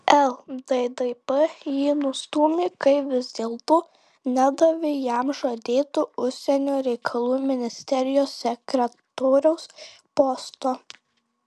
lddp jį nustūmė kai vis dėlto nedavė jam žadėto užsienio reikalų ministerijos sekretoriaus posto